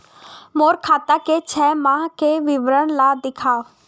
मोर खाता के छः माह के विवरण ल दिखाव?